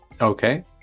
Okay